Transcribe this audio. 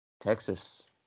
Texas